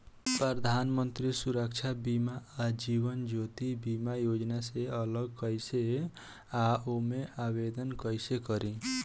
प्रधानमंत्री सुरक्षा बीमा आ जीवन ज्योति बीमा योजना से अलग कईसे बा ओमे आवदेन कईसे करी?